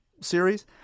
series